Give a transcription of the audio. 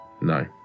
No